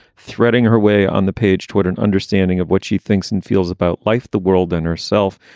threading her way on the page toward an understanding of what she thinks and feels about life, the world and herself.